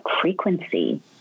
frequency